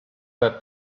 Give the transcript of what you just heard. that